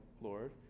Lord